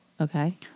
Okay